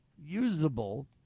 usable